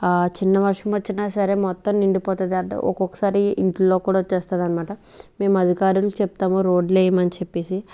ఆ చిన్న వర్షం వచ్చినా సరే మొత్తం నిండిపోతది అ ఒక్కొక్కసారి ఇంట్లో కూడా వచ్చేస్తదన్మాట మేము అధికారుల చెప్తాము రోడ్లెయమని చెప్పేసి